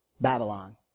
Babylon